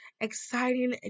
exciting